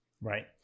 Right